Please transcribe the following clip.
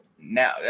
now